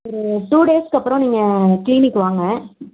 ஒரு டூ டேஸ்க்கு அப்புறம் நீங்கள் கிளீனிக் வாங்க